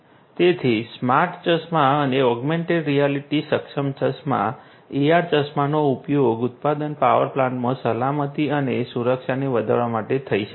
તેથી સ્માર્ટ ચશ્મા અને ઓગમેન્ટેડ રિયાલિટી સક્ષમ ચશ્મા AR ચશ્માનો ઉપયોગ ઉત્પાદન પાવર પ્લાન્ટમાં સલામતી અને સુરક્ષાને સુધારવા માટે થઈ શકે છે